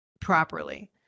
properly